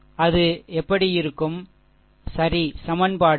எனவே இது எப்படி இருக்கும் சரி சமன்பாடு சரி